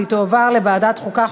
ותועבר לוועדת החוקה,